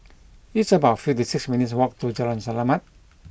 it's about fifty six minutes' walk to Jalan Selamat